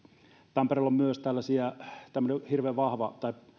tampereella on myös tämmöinen hirveän vahva tai